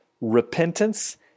Repentance